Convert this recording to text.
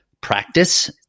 practice